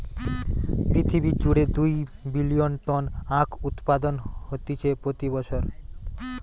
পৃথিবী জুড়ে দুই বিলিয়ন টন আখউৎপাদন হতিছে প্রতি বছর